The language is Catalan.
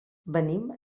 venim